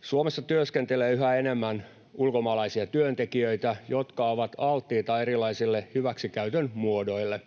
Suomessa työskentelee yhä enemmän ulkomaalaisia työntekijöitä, jotka ovat alttiita erilaisille hyväksikäytön muodoille.